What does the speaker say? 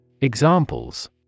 Examples